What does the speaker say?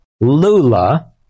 Lula